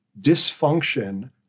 dysfunction